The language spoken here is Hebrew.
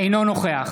אינו נוכח